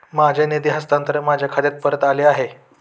माझे निधी हस्तांतरण माझ्या खात्यात परत आले आहे